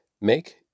Make